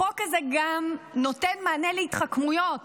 החוק הזה גם נותן מענה להתחכמויות.